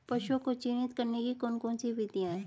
पशुओं को चिन्हित करने की कौन कौन सी विधियां हैं?